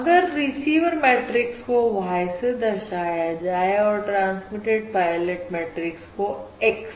अगर receiver matrix को Y से दर्शाया जाए और ट्रांसमिटेड पायलट मैट्रिक्स कोX से